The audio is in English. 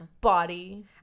body